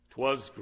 Twas